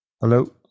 hello